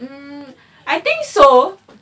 mm I think so